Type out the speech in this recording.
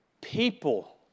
People